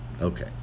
Okay